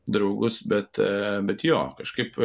draugus bet bet jo kažkaip